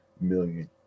million